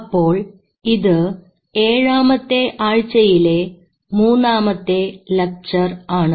അപ്പോൾ ഇത് ഏഴാമത്തെ ആഴ്ചയിലെ മൂന്നാമത്തെ ലെക്ചർ ആണ്